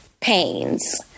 pains